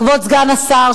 כבוד סגן השר,